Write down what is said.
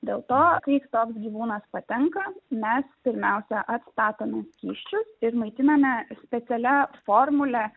dėl to kai toks gyvūnas patenka mes pirmiausia atstatome skysčius ir maitiname specialia formule